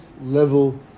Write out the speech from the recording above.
level